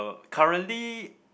currently